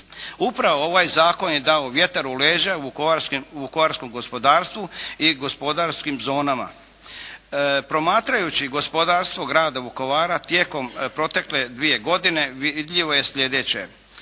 Upravo ovaj zakon je dao vjetar u leđa vukovarskom gospodarstvu i gospodarskim zonama. Promatrajući gospodarstvo grada Vukovara tijekom protekle 2 godine vidljivo je sljedeće.